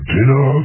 Dinner